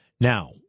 Now